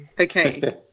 Okay